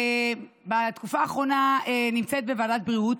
בתקופה האחרונה אני נמצאת בוועדת הבריאות,